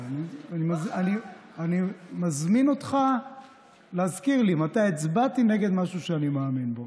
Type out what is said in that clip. אני מזמין אותך להזכיר לי מתי הצבעתי נגד משהו שאני מאמין בו.